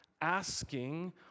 asking